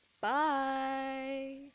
Bye